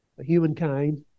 humankind